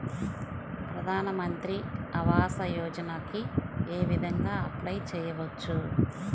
ప్రధాన మంత్రి ఆవాసయోజనకి ఏ విధంగా అప్లే చెయ్యవచ్చు?